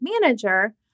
manager